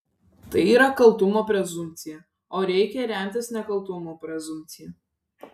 tai yra kaltumo prezumpcija o reikia remtis nekaltumo prezumpcija